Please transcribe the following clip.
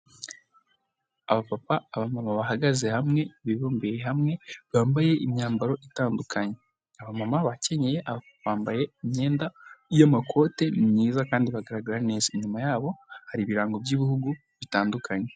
Abapapa, abamama bahagaze hamwe, bibumbiye hamwe bambaye imyambaro itandukanye. Abamama bakenye bambaye imyenda y'amakoti myiza kandi bagaragara neza. Inyuma yabo hari ibirango by'ibihugu bitandukanye.